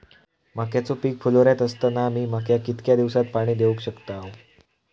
मक्याचो पीक फुलोऱ्यात असताना मी मक्याक कितक्या दिवसात पाणी देऊक शकताव?